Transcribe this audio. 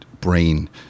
brain